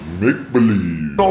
make-believe